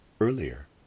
earlier